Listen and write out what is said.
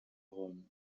rome